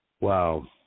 Wow